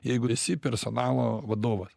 jeigu esi personalo vadovas